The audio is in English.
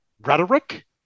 rhetoric